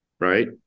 right